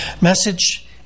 message